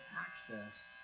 access